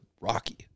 rocky